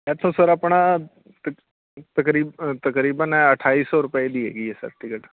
ਇੱਥੋਂ ਸਰ ਆਪਣਾ ਤਕ ਤਕਰੀ ਤਕਰੀਬਨ ਅਠਾਈ ਸੌ ਰੁਪਏ ਦੀ ਹੈਗੀ ਏ ਸਰ ਟਿਕਟ